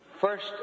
First